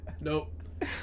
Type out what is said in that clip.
Nope